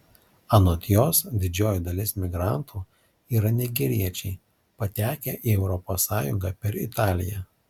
anot jos didžioji dalis migrantų yra nigeriečiai patekę į europos sąjungą per italiją